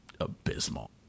abysmal